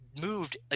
moved